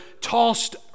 tossed